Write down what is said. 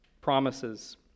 promises